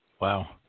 Wow